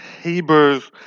Hebrews